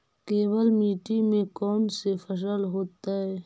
केवल मिट्टी में कौन से फसल होतै?